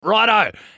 Righto